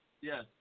Yes